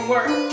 Work